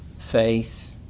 Faith